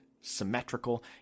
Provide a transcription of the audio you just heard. symmetrical